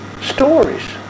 stories